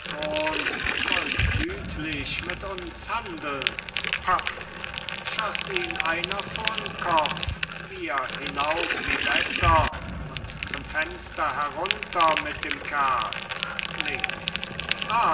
wollt gütlich mit uns handeln paff schoß ihn einer vorn kopf wir hinauf wie wetter und zum fenster herunter mit dem kerl link